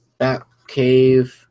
Batcave –